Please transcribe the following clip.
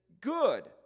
good